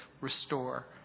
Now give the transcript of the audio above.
restore